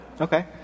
okay